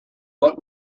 but